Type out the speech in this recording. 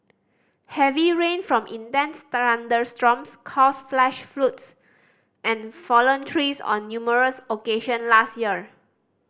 heavy rain from intense thunderstorms caused flash and fallen trees on numerous occasion last year